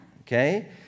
Okay